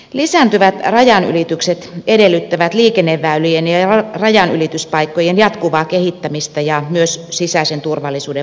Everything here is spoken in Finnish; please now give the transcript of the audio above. lisääntyvät rajanylitykset edellyttävät liikenneväylienien rajanylityspaikkojen jatkuvaa kehittämistä ja myös sisäisen turvallisuuden